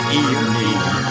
evening